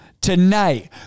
Tonight